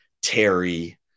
Terry